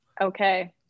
okay